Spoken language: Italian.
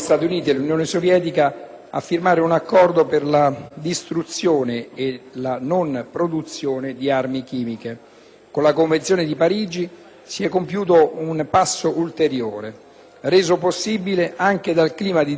Con la Convenzione di Parigi, si è compiuto un passo ulteriore, reso possibile anche dal clima di distensione internazionale e di aumento della fiducia nei rapporti tra Est e Ovest, a seguito della fine delle tensioni del mondo bipolare.